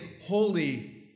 holy